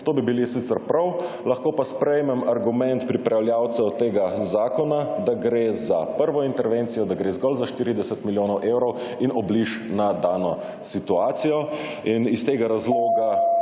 To bi bilo sicer prav. Lahko pa sprejmem argument pripravljavcev tega zakona, da gre za prvo intervencijo, da gre zgolj za 40 milijonov evrov in obliž na dano situacijo in iz tega razloga